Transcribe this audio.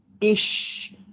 ish